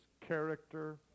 character